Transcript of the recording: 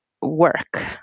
work